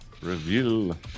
Reveal